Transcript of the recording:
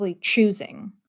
choosing